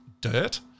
Dirt